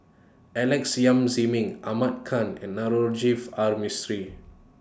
Alex Yam Ziming Ahmad Khan and Navroji R Mistri